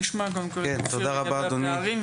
נשמע קודם כל את אופיר לגבי הפערים.